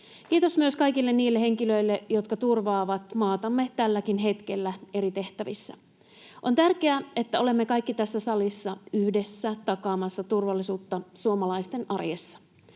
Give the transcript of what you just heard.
Kiitos myös kaikille niille henkilöille, jotka turvaavat maatamme tälläkin hetkellä eri tehtävissä. On tärkeää, että olemme kaikki tässä salissa yhdessä takaamassa turvallisuutta suomalaisten arjessa.